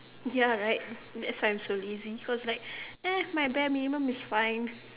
ya right that's why I'm so lazy because like eh my bare minimum is fine